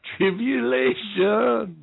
Tribulation